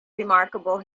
remarkable